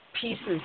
pieces